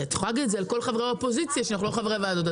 כל חברי האופוזיציה שאנחנו לא חברי ועדות,